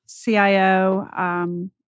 CIO